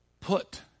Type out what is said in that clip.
put